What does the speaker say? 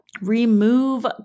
remove